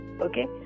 Okay